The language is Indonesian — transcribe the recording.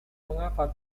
mengapa